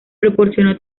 proporcionó